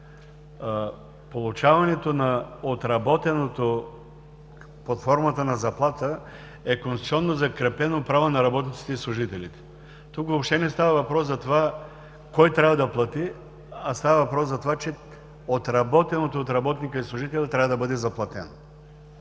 получаването на отработеното под формата на заплата, е конституционно закрепено право на работниците и служителите. Тук въобще не става въпрос за това кой трябва да плати, а става въпрос за това, че отработеното от работника и служителя трябва да бъде заплатено.